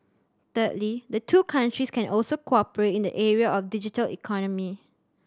thirdly the two countries can also cooperate in the area of digital economy